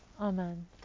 Amen